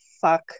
fuck